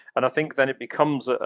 and i think then it becomes, ah